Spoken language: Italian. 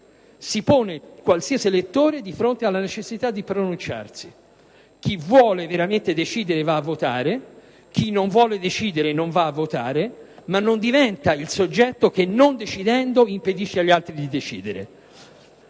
e poniamo ciascun elettore di fronte alla necessità di pronunciarsi: chi vuole veramente decidere va a votare, chi non vuole decidere non si reca a votare, ma non diventa però neppure il soggetto che, non decidendo, impedisce agli altri di decidere.